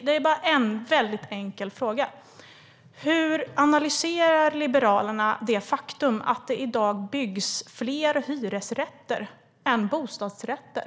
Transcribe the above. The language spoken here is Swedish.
Det är bara en mycket enkel fråga: Hur analyserar Liberalerna det faktum att det i dag byggs fler hyresrätter än bostadsrätter?